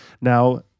Now